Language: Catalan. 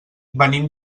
venim